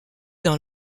dans